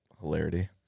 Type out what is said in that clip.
hilarity